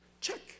Check